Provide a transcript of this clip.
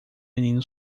menino